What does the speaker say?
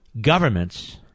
governments